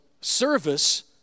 service